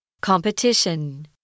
Competition